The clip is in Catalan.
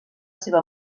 seva